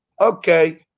okay